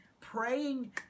praying